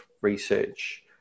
research